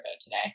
today